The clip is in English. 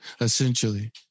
Essentially